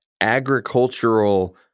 agricultural